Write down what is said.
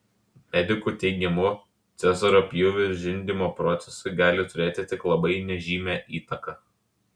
medikų teigimu cezario pjūvis žindymo procesui gali turėti tik labai nežymią įtaką